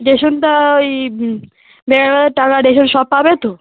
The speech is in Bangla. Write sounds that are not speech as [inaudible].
রেশনটা ওই [unintelligible] টাকা রেশন সব পাবে তো